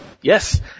Yes